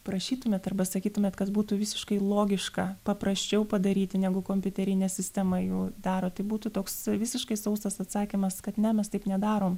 prašytumėt arba sakytumėt kad būtų visiškai logiška paprasčiau padaryti negu kompiuterinė sistema jau daro tai būtų toks visiškai sausas atsakymas kad ne mes taip nedarom